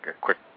quick